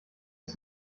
aus